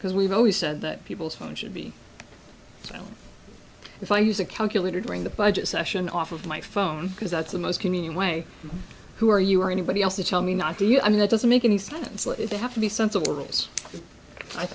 because we've always said that people's phone should be down if i use a calculator during the budget session off of my phone because that's the most convenient way who are you or anybody else to tell me not to you i mean it doesn't make any sense if they have to be